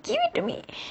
give it to me